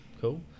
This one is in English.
Cool